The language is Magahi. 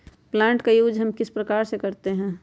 प्लांट का यूज हम किस प्रकार से करते हैं?